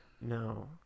No